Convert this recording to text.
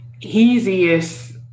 easiest